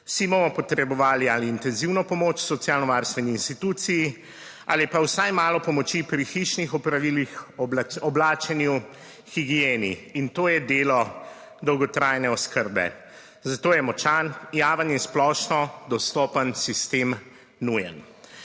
Vsi bomo potrebovali ali intenzivno pomoč socialno varstveni instituciji ali pa vsaj malo pomoči pri hišnih opravilih, oblačenju, higieni, in to je delo dolgotrajne oskrbe, zato je močan, javen in splošno dostopen sistem nujen.